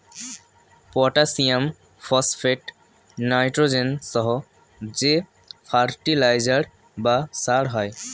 potassium, phosphate, nitrogen সহ যে fertiliser বা সার হয়